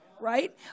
right